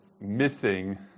missing